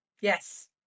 Yes